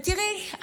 ותראי,